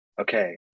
Okay